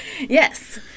Yes